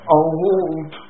old